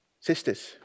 sisters